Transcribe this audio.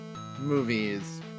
movies